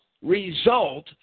result